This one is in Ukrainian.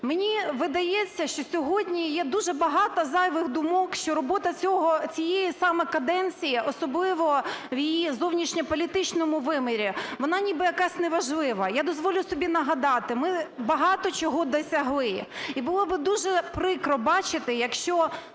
Мені видається, що сьогодні є дуже багато зайвих думок, що робота цієї саме каденції, особливо в її зовнішньополітичному вимірі, вона ніби якась неважлива. Я дозволю собі нагадати, ми багато чого досягли. І було би дуже прикро бачити, якщо